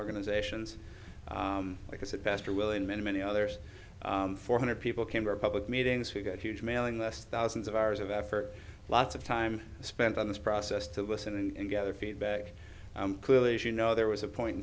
organizations like i said pastor will in many many others four hundred people came our public meetings we got huge mailing lists thousands of hours of effort lots of time spent on this process to listen and gather feedback you know there was a point in